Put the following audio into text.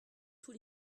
tous